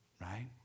right